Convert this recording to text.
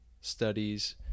studies